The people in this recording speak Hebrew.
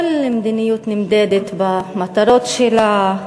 כל מדיניות נמדדת במטרות שלה,